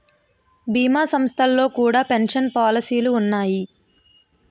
భీమా సంస్థల్లో కూడా పెన్షన్ పాలసీలు ఉన్నాయి